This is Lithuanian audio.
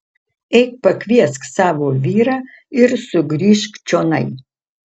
eik pakviesk savo vyrą ir sugrįžk čionai